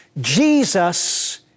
Jesus